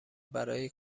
برای